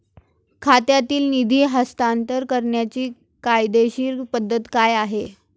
खात्यातील निधी हस्तांतर करण्याची कायदेशीर पद्धत काय आहे?